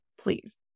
please